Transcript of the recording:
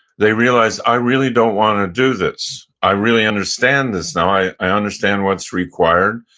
they realize, i really don't want to do this. i really understand this now. i i understand what's required,